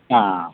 ಹಾಂ